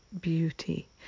beauty